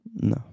No